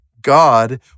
God